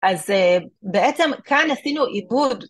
אז בעצם כאן עשינו עיבוד.